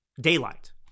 daylight